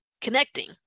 connecting